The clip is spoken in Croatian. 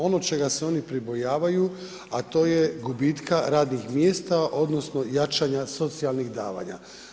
Ono čega se oni pribojavaju, a to je gubitka radnih mjesta odnosno jačanja socijalnih davanja.